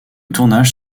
tournage